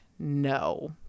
No